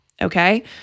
Okay